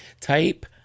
type